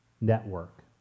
network